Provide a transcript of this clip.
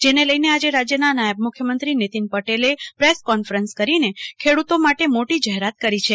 જેને લઈને આજે રાજ્યનાં નાયબ મુખ્યમંત્રી નીતિન પટેલે પ્રેસ કોન્ફરન્સ કરીને ખેડૂત માટે મોટી જાહેરાત કરી છે